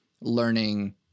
learning